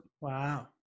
wow